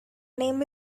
name